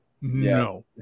no